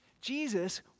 Jesus